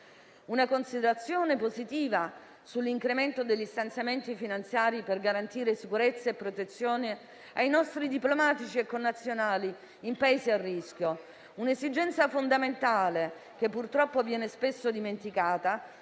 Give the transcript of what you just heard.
La considerazione, positiva, riguarda l'incremento degli stanziamenti finanziari per garantire sicurezza e protezione ai nostri diplomatici e connazionali in Paesi a rischio, un'esigenza fondamentale, che purtroppo viene spesso dimenticata